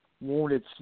wanted